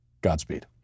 Godspeed